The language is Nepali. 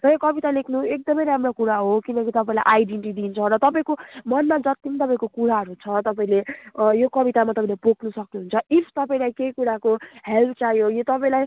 र यो कविता लेख्नु एकदमै राम्रो कुरा हो किनकि तपाईँलाई आइडिन्टी दिन्छ र तपाईँको मनमा जत्ति पनि तपाईँको कुराहरू छ तपाईँले यो कवितामा तपाईँले पोक्नु सक्नुहुन्छ इफ तपाईँलाई केही कुराको हेल्प चाहियो यो तपाईँलाई